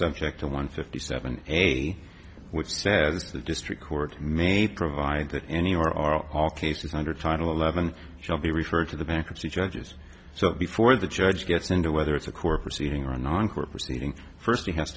subject to one fifty seven eighty which says to the district court may provide that any or all cases hundred title eleven shall be referred to the bankruptcy judges so before the judge gets into whether it's a court proceeding or a non court proceeding first